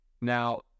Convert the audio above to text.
Now